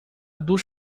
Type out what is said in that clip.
duas